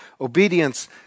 Obedience